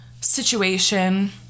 situation